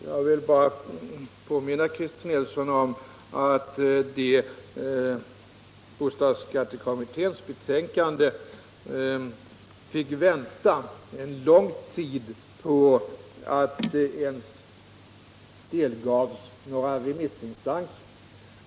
Herr talman! Jag vill påminna Christer Nilsson om att det tog lång tid innan bostadsskattekommitténs betänkande ens delgavs några remissinstanser.